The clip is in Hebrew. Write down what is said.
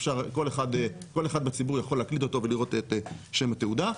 כל אחד בציבור יכול להקליד אותו ולראות את שם התעודה.